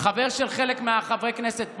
חבר של חלק מחברי הכנסת פה,